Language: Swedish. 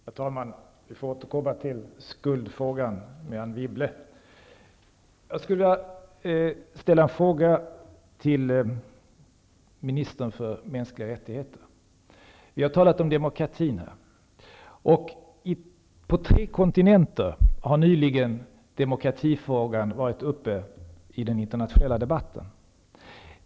Herr talman! Vi får återkomma till skuldfrågan med Anne Wibble. Jag skulle vilja ställa en fråga till ministern för mänskliga rättigheter. Vi har talat om demokratin, och på tre kontinenter har demokratifrågan nyligen varit uppe i den internationella debatten.